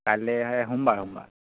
কাইলে সোমবাৰ সোমবাৰ